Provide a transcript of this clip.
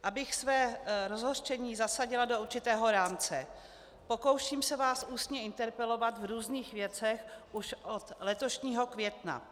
Abych své rozhořčení zasadila do určitého rámce: Pokouším se vás ústně interpelovat v různých věcech už od letošního května.